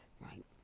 right